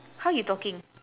how you talking